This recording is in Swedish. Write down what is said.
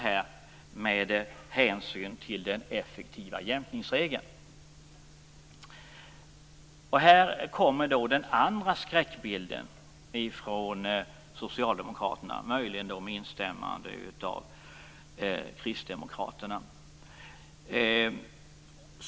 Här har hänsyn tagits till den effektiva jämkningsregeln. Här kommer den andra skräckbilden från socialdemokraterna, möjligen med instämmande av kristdemokraterna.